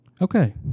Okay